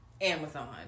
amazon